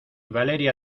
valeria